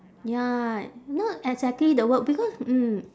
ya not exactly the work because mm